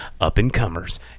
up-and-comers